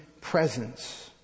presence